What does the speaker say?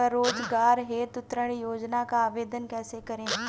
स्वरोजगार हेतु ऋण योजना का आवेदन कैसे करें?